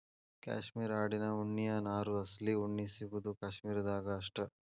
cashmere ಆಡಿನ ಉಣ್ಣಿಯ ನಾರು ಅಸಲಿ ಉಣ್ಣಿ ಸಿಗುದು ಕಾಶ್ಮೇರ ದಾಗ ಅಷ್ಟ